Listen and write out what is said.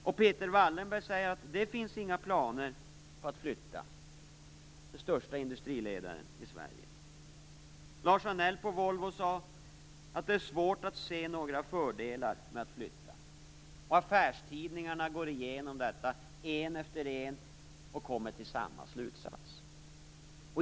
Och Peter Wallenberg säger att det inte finns några planer på att flytta - han är den störste industriledaren i Sverige. Lars Anell på Volvo säger att det är svårt att se några fördelar med att flytta. Affärstidningarna går en efter en igenom detta och kommer till samma slutsats.